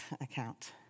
account